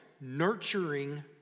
Nurturing